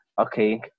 okay